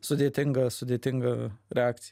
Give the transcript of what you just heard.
sudėtinga sudėtinga reakcija